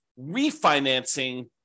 refinancing